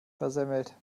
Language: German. versemmelt